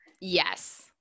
Yes